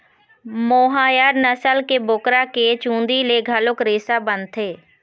मोहायर नसल के बोकरा के चूंदी ले घलोक रेसा बनथे